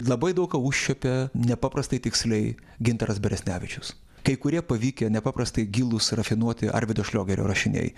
labai daug ką užčiuopė nepaprastai tiksliai gintaras beresnevičius kai kurie pavykę nepaprastai gilūs rafinuoti arvydo šliogerio rašiniai